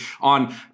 on